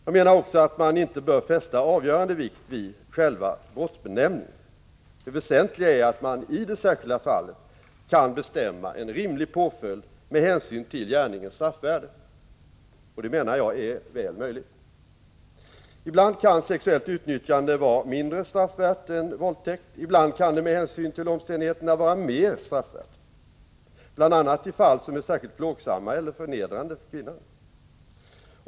Jag menar också att man inte bör fästa avgörande vikt vid själva brottsbenämningen. Det väsentliga är att man i det särskilda fallet kan bestämma en rimlig påföljd med hänsyn till gärningens straffvärde. Och det menar jag är väl möjligt. Ibland kan sexuellt utnyttjande vara mindre straffvärt än våldtäkt. Ibland kan det med hänsyn till omständigheterna vara mer straffvärt, bl.a. i fall som är särskilt plågsamma eller förnedrande för kvinnan.